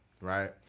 right